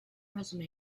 resume